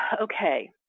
okay